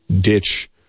ditch